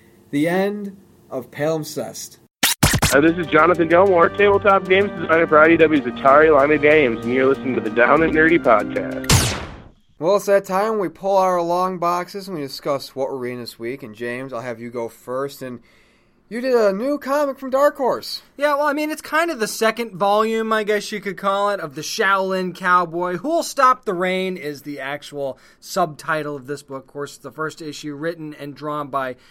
the end of Palimpsest. Hi, this is Jonathan Gilmour, tabletop games designer for IDW's Atari Line of Games, and you're listening to the Down and Nerdy Podcast. Well, it's that time we pull our long boxes and we discuss what we're reading this week, and James, I'll have you go first, and you did a new comic from Dark Horse. Yeah, well, I mean, it's kind of the second volume, I guess you could call it, of the Shaolin Cowboy. Who'll Stop the Reign is the actual subtitle of this book. Of course, it's the first issue written and drawn by